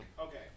Okay